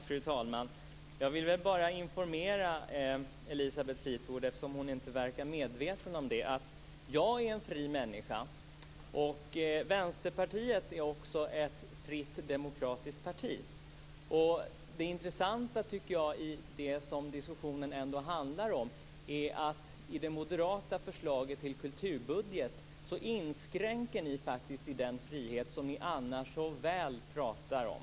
Fru talman! Jag vill bara informera Elisabeth Fleetwood, eftersom hon inte verkar vara medveten om det, om att jag är en fri människa och att Vänsterpartiet också är ett fritt, demokratiskt parti. Det intressanta, tycker jag, i det som diskussionen ändå handlar om är att ni i det moderata förslaget till kulturbudget faktiskt inskränker den frihet som ni annars pratar så väl om.